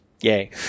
Yay